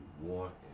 want